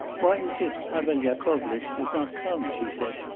why is it pavel yakovlitch does not come she said,